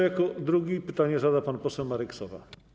Jako drugi pytanie zada pan poseł Marek Sowa.